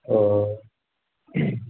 ओ